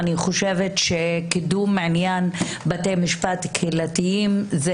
אני חושבת שקידום עניין בתי משפט קהילתיים זה